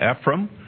Ephraim